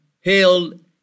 hailed